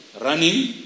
running